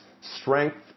strength